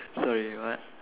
sorry what